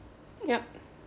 yup